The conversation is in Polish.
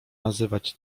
nazywać